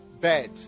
bed